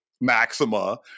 maxima